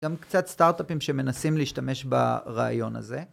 גם קצת סטארט-אפים שמנסים להשתמש ברעיון הזה.